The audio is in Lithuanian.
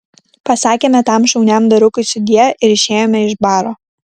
pasakėme tam šauniam vyrukui sudie ir išėjome iš baro